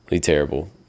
terrible